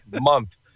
month